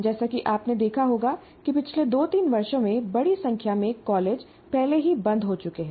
जैसा कि आपने देखा होगा कि पिछले 2 3 वर्षों में बड़ी संख्या में कॉलेज पहले ही बंद हो चुके हैं